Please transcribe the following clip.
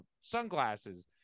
sunglasses